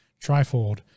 trifold